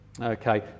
okay